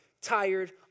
tired